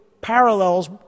parallels